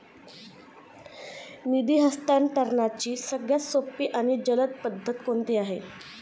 निधी हस्तांतरणाची सगळ्यात सोपी आणि जलद पद्धत कोणती आहे?